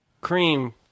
Cream